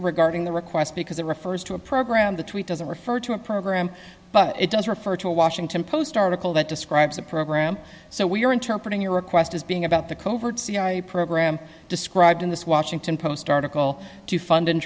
regarding the request because it refers to a program the tweet doesn't refer to a program but it does refer to a washington post article that describes a program so we are interpreting your request as being about the covert cia program described in this washington post article to fund and